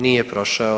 Nije prošao.